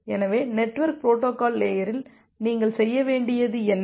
எனவே network protocol லேயரில் நீங்கள் செய்ய வேண்டியது என்ன